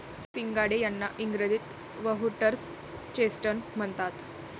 सिंघाडे यांना इंग्रजीत व्होटर्स चेस्टनट म्हणतात